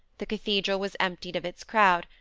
the cathedral was emptied of its crowd,